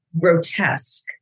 grotesque